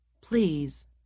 Please